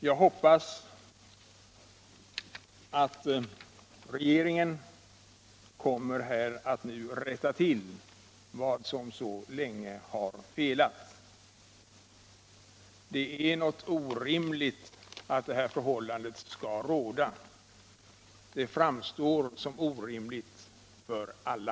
Jag hoppas givetvis att regeringen kommer att rätta till vad som så länge har varit fel. Det är orimligt att det här förhållandet skall få råda. Det framstår som orimligt för alla.